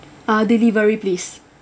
uh delivery please